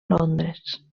londres